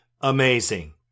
amazing